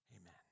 amen